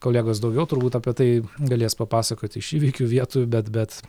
kolegos daugiau turbūt apie tai galės papasakot iš įvykių vietų bet bet